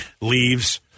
leaves